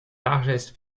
largesses